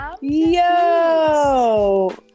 Yo